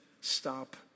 stop